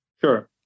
Sure